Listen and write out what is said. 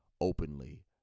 openly